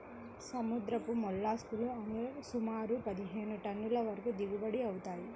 సముద్రపు మోల్లస్క్ లు సుమారు పదిహేను టన్నుల వరకు దిగుబడి అవుతాయి